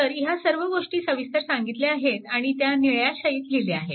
तर ह्या सर्व गोष्टी सविस्तर सांगितल्या आहेत आणि त्या निळ्या शाईत लिहिल्या आहेत